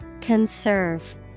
Conserve